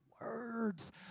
words